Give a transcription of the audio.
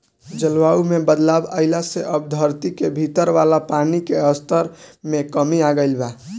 जलवायु में बदलाव आइला से अब धरती के भीतर वाला पानी के स्तर में कमी आ गईल बा